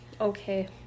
okay